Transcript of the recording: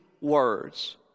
words